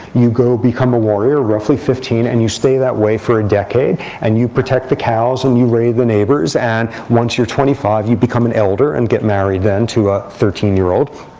you go become a warrior, roughly fifteen. and you stay that way for a decade. and you protect the cows. and you raid the neighbors. and once you're twenty five, you become an elder and get married then to a thirteen year old.